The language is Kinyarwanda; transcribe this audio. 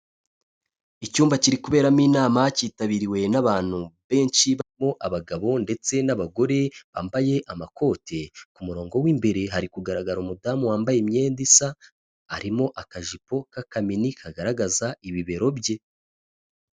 Icyumba kiri kuberamo inama cyitabiriwe n'abantu benshi barimo abagabo ndetse n'abagore bambaye amakote, ku murongo w'imbere hari kugaragara umudamu wambaye imyenda isa, harimo akajipo k'akamini kagaragaza ibibero bye.